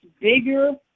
bigger